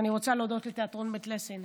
אני רוצה להודות לתיאטרון בית ליסין.